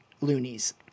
loonies